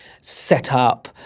setup